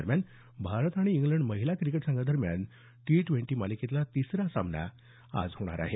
दरम्यान भारत आणि इंग्लंड महिला क्रिकेट संघादरम्यान टी ट्वेंटी मालिकेतला तिसरा सामना आज होणार आहे